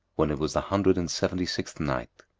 when it was the hundred and seventy-sixth night,